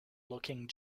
looking